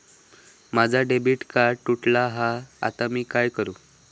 माझा debit card तुटला हा आता मी काय करू?